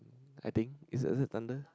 I think is is it thunder